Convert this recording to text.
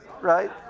right